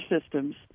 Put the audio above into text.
systems